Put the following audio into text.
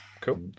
cool